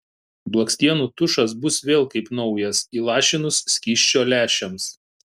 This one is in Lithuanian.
blakstienų tušas bus vėl kaip naujas įlašinus skysčio lęšiams